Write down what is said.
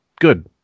Good